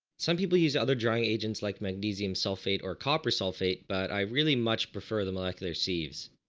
some people use other drying agents like magnesium sulfate or copper sulfate, but i really much prefer the molecular sieves.